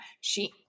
She-